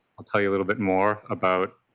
will tell you a little bit more about